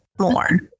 more